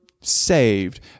saved